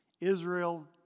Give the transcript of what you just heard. Israel